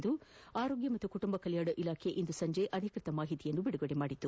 ಎಂದು ಆರೋಗ್ಯ ಮತ್ತು ಕುಟುಂಬ ಕಲ್ಯಾಣ ಇಲಾಖೆ ಇಂದು ಸಂಜೆ ಅಧಿಕೃತ ಮಾಹಿತಿ ಬಿಡುಗಡೆ ಮಾಡಿದೆ